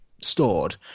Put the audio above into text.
stored